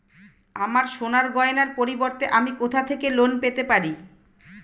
আমার সোনার গয়নার পরিবর্তে আমি কোথা থেকে লোন পেতে পারি?